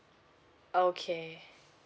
okay